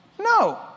No